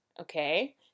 okay